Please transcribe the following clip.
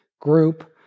group